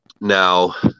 Now